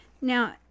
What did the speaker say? Now